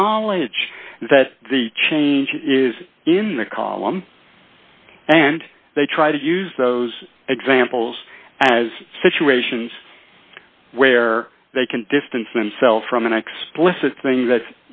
knowledge that the change is in the column and they try to use those examples as situations where they can distance themselves from an explicit thing that